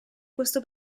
questo